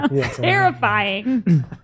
terrifying